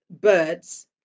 birds